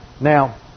Now